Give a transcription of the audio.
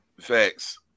Facts